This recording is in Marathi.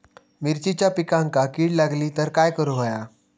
मिरचीच्या पिकांक कीड लागली तर काय करुक होया?